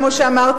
כמו שאמרתי,